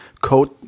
code